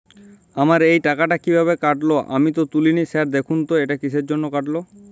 আমার এই টাকাটা কীভাবে কাটল আমি তো তুলিনি স্যার দেখুন তো এটা কিসের জন্য কাটল?